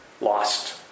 lost